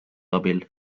abil